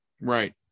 Right